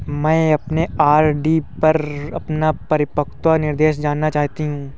मैं अपने आर.डी पर अपना परिपक्वता निर्देश जानना चाहती हूँ